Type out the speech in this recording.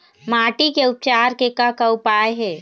माटी के उपचार के का का उपाय हे?